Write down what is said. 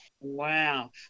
wow